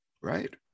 Right